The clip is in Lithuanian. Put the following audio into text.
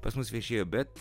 pas mus viešėjo bet